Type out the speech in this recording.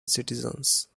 citizens